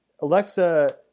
Alexa